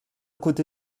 côté